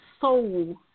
soul